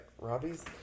Robbie's